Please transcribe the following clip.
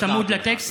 אני צמוד לטקסט.